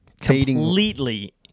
completely